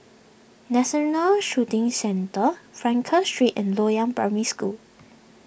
National Shooting Centre Frankel Street and Loyang Primary School